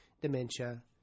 dementia